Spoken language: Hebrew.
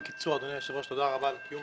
אדוני היושב ראש, תודה רבה על קיום הדיון.